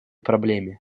проблеме